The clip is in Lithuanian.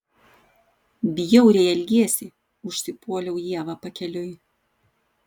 bjauriai elgiesi užsipuoliau ievą pakeliui